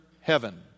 heaven